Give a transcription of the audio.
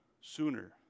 sooner